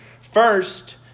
First